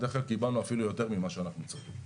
בדרך כלל קיבלנו אפילו יותר ממה שאנחנו צריכים.